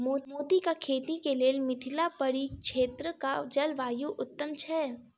मोतीक खेती केँ लेल मिथिला परिक्षेत्रक जलवायु उत्तम छै?